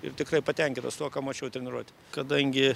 ir tikrai patenkintas tuo ką mačiau treniruotei kadangi